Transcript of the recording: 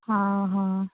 ହଁ ହଁ